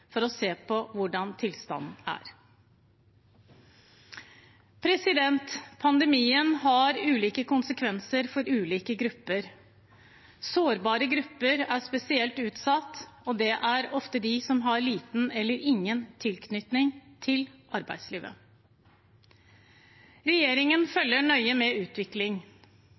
for å se på hvordan tilstanden er. Pandemien har ulike konsekvenser for ulike grupper. Sårbare grupper er spesielt utsatt, og det er ofte de som har liten eller ingen tilknytning til arbeidslivet. Regjeringen følger nøye med